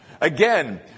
Again